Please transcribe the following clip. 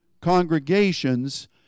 congregations